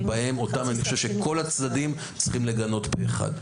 שאותם אני חושב שכל הצדדים צריכים לגנות פה אחד.